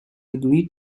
agreed